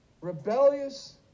rebellious